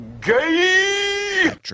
GAY